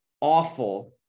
awful